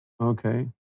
Okay